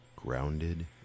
grounded